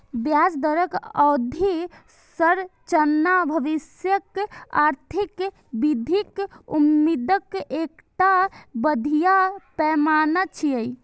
ब्याज दरक अवधि संरचना भविष्यक आर्थिक वृद्धिक उम्मीदक एकटा बढ़िया पैमाना छियै